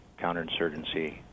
counterinsurgency